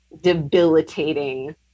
debilitating